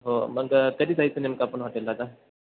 हो मग कधी जाायचं नेमकं आपण हॉटेलला आता